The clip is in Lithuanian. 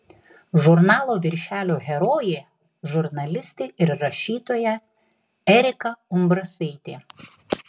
žurnalo viršelio herojė žurnalistė ir rašytoja erika umbrasaitė